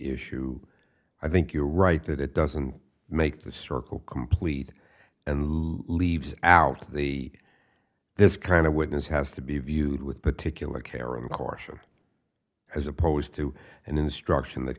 issue i think you're right that it doesn't make the circle complete and leaves out the this kind of witness has to be viewed with particular care in the courtroom as opposed to an instruction that